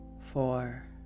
Four